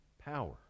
power